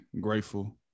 grateful